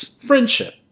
friendship